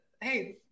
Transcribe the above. hey